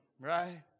Right